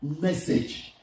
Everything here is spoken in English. Message